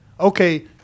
okay